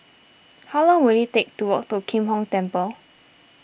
how long will it take to walk to Kim Hong Temple